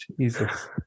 Jesus